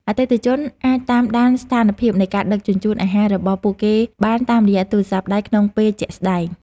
អតិថិជនអាចតាមដានស្ថានភាពនៃការដឹកជញ្ជូនអាហាររបស់ពួកគេបានតាមរយៈទូរស័ព្ទដៃក្នុងពេលជាក់ស្តែង។